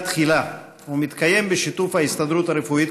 תחילה ומתקיים בשיתוף ההסתדרות הרפואית,